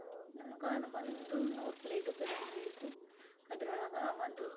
ನಮ್ಗೆ ಒಂದು ನೂರು ಪ್ಲೇಟ್ ಬಿರಾನಿ ಬೇಕು ಅದ್ರೊಳಗೆ ಒಂದು